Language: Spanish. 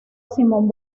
simón